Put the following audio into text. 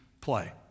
play